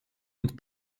und